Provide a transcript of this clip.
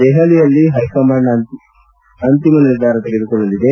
ದೆಹಲಿಯಲ್ಲಿ ಹೈಕಮಾಂಡ್ ಅಂತಿಮ ನಿರ್ಧಾರ ತೆಗೆದುಕೊಳ್ಳಲಿದೆ